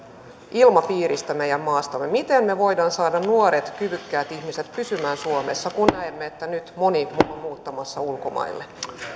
ilmapiiristä meidän maassamme miten me voimme saada nuoret kyvykkäät ihmiset pysymään suomessa kun näemme että nyt moni on muuttamassa ulkomaille